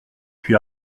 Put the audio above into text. puis